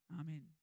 Amen